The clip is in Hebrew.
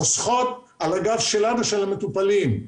והן חוסכות על הגב שלנו, של המטופלים.